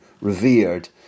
revered